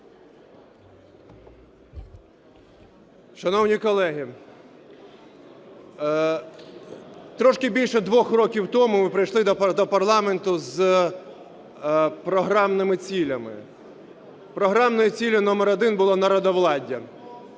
Шановні колеги, трошки більше двох років тому ми прийшли до парламенту з програмними цілями. Програмною ціллю номер один було народовладдя.